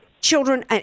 children